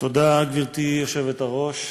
גברתי היושבת-ראש,